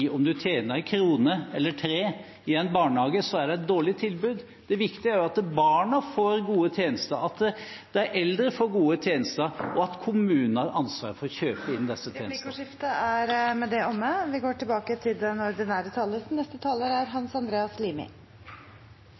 tjener en krone eller tre i en barnehage, så er det et dårlig tilbud. Det viktige er jo at barna får gode tjenester, og at de eldre får gode tjenester, og at kommunene har ansvar for å kjøpe inn disse tjenestene. Replikkordskiftet er omme. I fem år har Fremskrittspartiet sittet i regjering, og